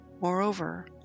Moreover